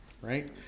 right